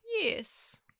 Yes